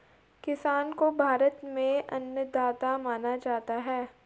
किसान को भारत में अन्नदाता माना जाता है